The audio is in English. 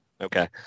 Okay